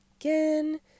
again